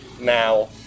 now